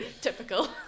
Typical